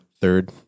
Third